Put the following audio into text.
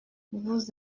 vous